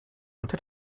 unter